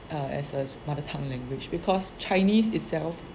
err as a mother tongue language because chinese itself